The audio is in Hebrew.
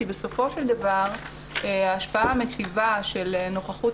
כי בסופו של דבר ההשפעה המטיבה של נוכחות